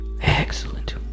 Excellent